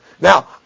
Now